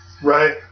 Right